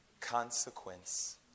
Consequence